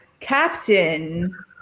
Captain